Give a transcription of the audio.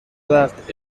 وقت